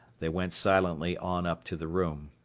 they went silently on up to the room.